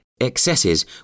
excesses